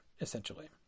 essentially